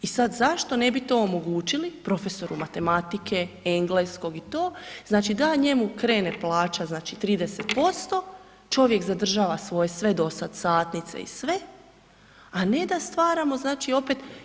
I sad zašto to ne bi omogućili profesoru matematike, engleskog i to, znači da njemu krene plaća znači 30%, čovjek zadržava svoje sve do sada satnice i sve, a ne da staramo znači opet.